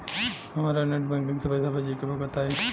हमरा net banking से पईसा भेजे के बा बताई?